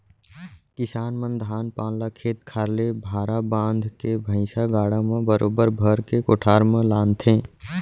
किसान मन धान पान ल खेत खार ले भारा बांध के भैंइसा गाड़ा म बरोबर भर के कोठार म लानथें